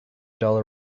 dollar